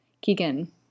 Keegan